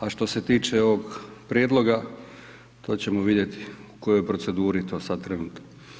A što se tiče ovog prijedloga to ćemo vidjeti u kojoj je proceduri to sada trenutno.